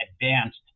advanced